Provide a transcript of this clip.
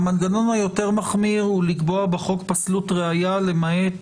המנגנון היותר מחמיר הוא לקבוע בחוק פסלות ראיה למעט